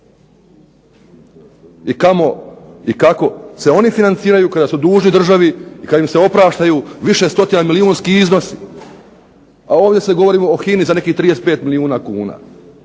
i kako se oni financiraju kada su dužni državi i kad im se opraštaju više stotina milijunski iznosi, a ovdje govorimo o HINA za nekih 35 milijuna kuna.